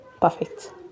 perfect